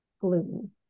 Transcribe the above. gluten